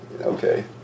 Okay